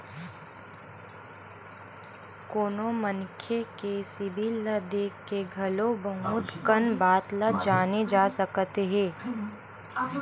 कोनो मनखे के सिबिल ल देख के घलो बहुत कन बात ल जाने जा सकत हे